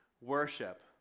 worship